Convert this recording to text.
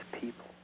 people